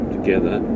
together